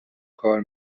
کار